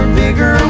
bigger